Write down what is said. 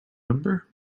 number